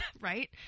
right